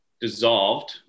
dissolved